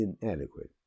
inadequate